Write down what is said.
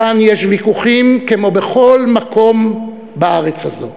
כאן יש ויכוחים כמו בכל מקום בארץ הזאת,